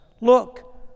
Look